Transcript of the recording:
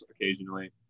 occasionally